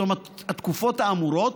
בתום התקופות האמורות,